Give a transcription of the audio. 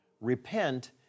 Repent